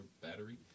battery